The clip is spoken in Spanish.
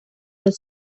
los